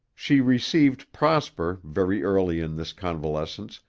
she received prosper, very early in this convalescence,